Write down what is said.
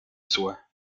soie